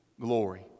glory